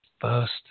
first